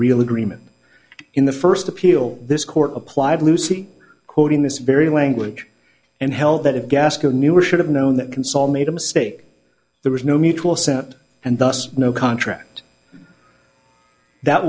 real agreement in the first appeal this court applied lucy quoting this very language and held that it gaskell knew or should have known that console made a mistake there was no mutual assent and thus no contract that